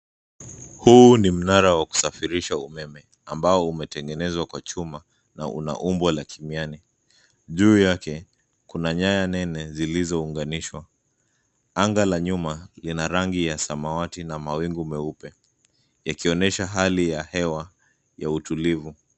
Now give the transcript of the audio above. Huu ni mnara wa kusafirisha umeme, ambao umetengenezwa kwa chuma, na una umbo la kimiane, juu yake, kuna nyaya nene zilizounganishwa, anga la nyuma, lina rangi ya samawati na mawingu meupe, yakionyesha hali ya hewa, ya utulivu.